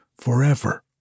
forever